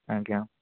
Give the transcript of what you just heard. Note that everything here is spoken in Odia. ଆଜ୍ଞା